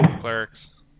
Clerics